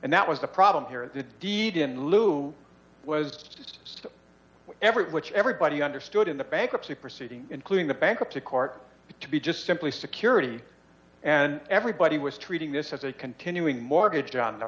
and that was the problem here the deed in lieu was just every which everybody understood in the bankruptcy proceedings including the bankruptcy court to be just simply security and everybody was treating this as a continuing mortgage on the